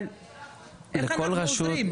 אבל איך אנחנו עוזרים?